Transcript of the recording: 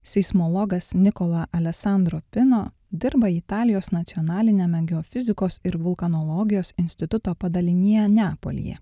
seismologas nikola alesandro pino dirba italijos nacionaliniame geofizikos ir vulkanologijos instituto padalinyje neapolyje